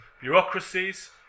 bureaucracies